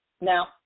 Now